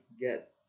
get